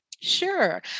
Sure